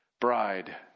bride